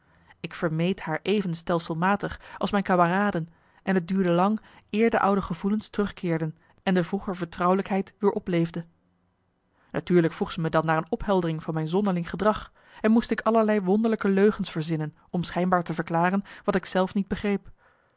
ik vermeed haar even stelselmatig als mijn kameraden en het duurde lang eer de oude gevoelens terugkeerden en de vroeger vertrouwelijkheid weer opleefde natuurlijk vroeg zij me dan naar een opheldering van mijn zonderling gedrag en moest ik allerlei wonderlijke leugens verzinnen om schijnbaar te verklaren wat ik zelf niet begreep